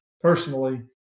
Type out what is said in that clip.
personally